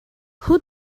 who